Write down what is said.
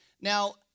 Now